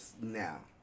now